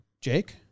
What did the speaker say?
Jake